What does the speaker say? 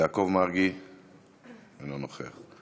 יעקב מרגי, אינו נוכח.